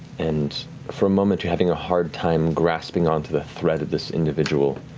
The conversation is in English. and for a moment you're having a hard time grasping onto the thread of this individual.